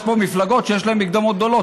יש פה מפלגות שיש להן מקדמות גדולות,